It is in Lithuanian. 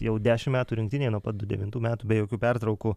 jau dešimt metų rinktinėj nuo pat du devintų metų be jokių pertraukų